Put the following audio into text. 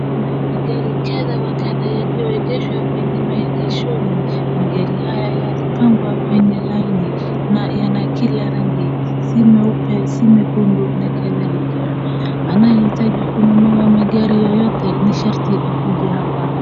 Kuna magari kadha wa kadha yaliyoegeshwa kwenye maegeshoni. Magari haya yalipangwa kwenye laini na yana kila rangi, si meupe, si mekundu na kadhalika. Anayeitaji kununua magari yoyote ni sharti akuje hapa